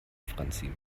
franzi